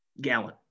gallon